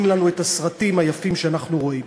לנו את הסרטים היפים שאנחנו רואים.